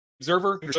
observer